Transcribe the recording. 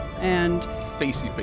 Facey-face